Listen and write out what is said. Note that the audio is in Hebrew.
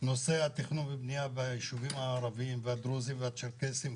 נושא התכנון והבניה בישובים הערביים והדרוזים והצ'רקסים,